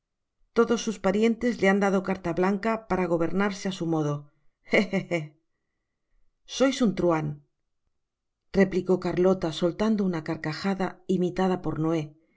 todos sus parientes le han dado carta blanca para gobernarse á su modo he he he sois un truhan replicó carlota soltando una carcajada imitada por noé